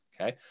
okay